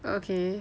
okay